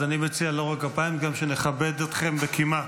אז אני מציע לא רק כפיים, גם שנכבד אתכם בקימה.